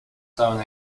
sound